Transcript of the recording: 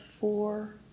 four